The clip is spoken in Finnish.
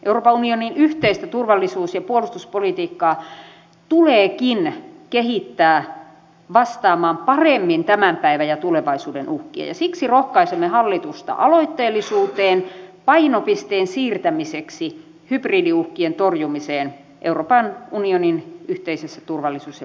euroopan unionin yhteistä turvallisuus ja puolustuspolitiikkaa tuleekin kehittää vastaamaan paremmin tämän päivän ja tulevaisuuden uhkia ja siksi rohkaisemme hallitusta aloitteellisuuteen painopisteen siirtämiseksi hybridiuhkien torjumiseen euroopan unionin yhteisessä turvallisuus ja puolustuspolitiikassa